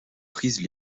prises